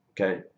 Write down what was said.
okay